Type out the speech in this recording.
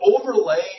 overlay